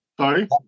Sorry